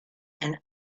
and